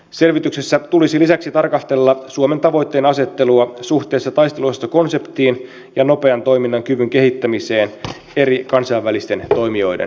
selvityksessä tulisi lisäksi tarkastella suomen tavoitteenasettelua suhteessa taisteluosastokonseptiin ja nopean toiminnan kyvyn kehittämiseen eri kansainvälisten toimijoiden kanssa